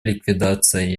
ликвидация